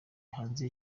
hanze